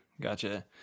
Gotcha